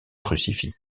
crucifix